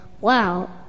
wow